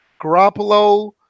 Garoppolo